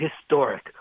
historic